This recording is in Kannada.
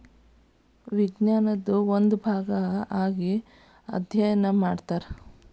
ವಿಜ್ಞಾನದ ಒಂದು ಭಾಗಾ ಆಗಿ ಅದ್ಯಯನಾ ಮಾಡತಾರ